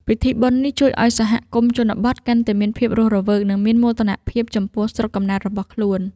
ពិធីបុណ្យនេះជួយឱ្យសហគមន៍ជនបទកាន់តែមានភាពរស់រវើក និងមានមោទនភាពចំពោះស្រុកកំណើតរបស់ខ្លួន។